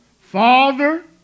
Father